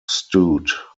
stout